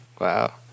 Wow